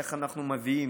איך אנחנו מביאים,